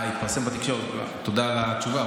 תודה על התשובה,